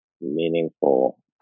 meaningful